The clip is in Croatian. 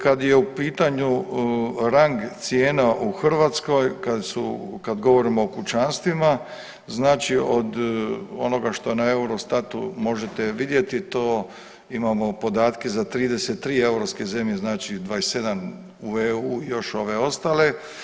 Kad je u pitanju rang cijena u Hrvatskoj, kad govorimo o kućanstvima znači od onoga što na Eurostatu možete vidjeti to imamo podatke za 33 europske zemlje, znači 27 u EU i još ove ostale.